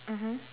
mmhmm